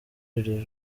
iri